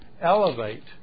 elevate